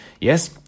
Yes